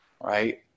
right